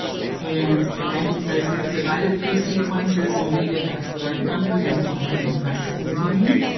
and bankit says you've provided three sequences. indeed, if that's the right number, then go ahead and press continue,